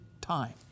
time